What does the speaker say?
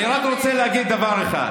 אני רק רוצה להגיד דבר אחד.